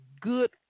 good